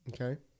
Okay